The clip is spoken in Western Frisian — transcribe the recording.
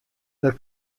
der